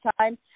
time